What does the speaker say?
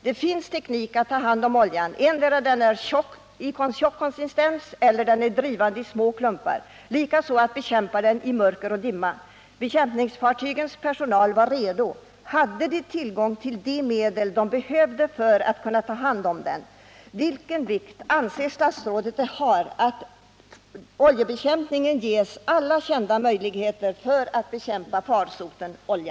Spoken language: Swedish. Det finns teknik för att ta hand om oljan, antingen den är av tjock konsistens eller drivande i små klumpar, liksom för att bekämpa den i mörker och dimma. Bekämpningsfartygens personal var redo. Hade den tillgång till de medel som den behövde för att kunna ta hand om oljan? Vilken vikt anser statsrådet det har att oljebekämpningen ges alla kända möjligheter för att bekämpa farsoten olja?